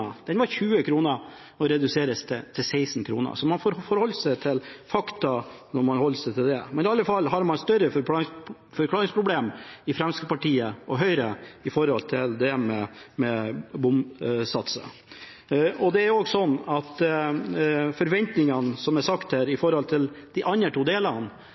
Den var på 20 kr. Nå reduseres den til 16 kr. Så man får forholde seg til fakta. Men i alle fall har man et større forklaringsproblem i Fremskrittspartiet og Høyre med tanke på det med bompengesatser. Forventningene her med hensyn til de andre to delene er stor. Jeg må si at jeg regner med at Helgeland noterte seg svaret fra ministeren i